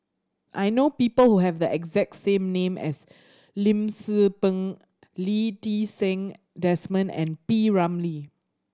I know people who have the exact same name as Lim Tze Peng Lee Ti Seng Desmond and P Ramlee